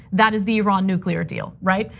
that is the iran nuclear deal, right?